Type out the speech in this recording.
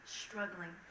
struggling